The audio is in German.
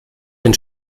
den